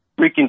freaking